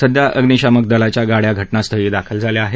सध्या अम्निशामक दलाच्या गाड्या घटनास्थळी दाखल झाल्या आहेत